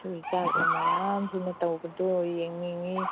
ꯏꯁꯨ ꯏꯆꯥꯁꯤꯡ ꯃꯌꯥꯝꯁꯤꯅ ꯇꯧꯕꯗꯣ ꯌꯦꯡꯅꯤꯡꯉꯤ